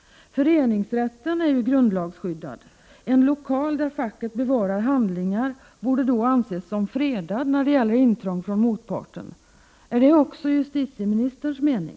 Föreningsrätten är ju grundlagsskyddad. En lokal där facket förvarar handlingar borde då anses som fredad för intrång från motparten. Är det också justitieministerns mening?